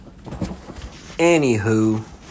anywho